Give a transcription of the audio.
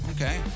Okay